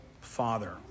father